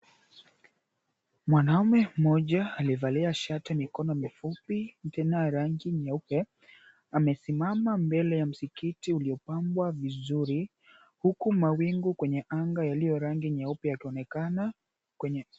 Mwanaume mmoja aliyevalia shati mikono mifupi, tena ya rangi nyeupe, amesimama mbele ya msikiti uliopangwa vizuri. Huku mawingu kwenye anga yaliyo rangi nyeupe yaonekana kwenye.